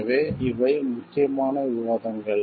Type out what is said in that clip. எனவே இவை முக்கியமான விவாதங்கள்